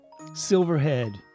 Silverhead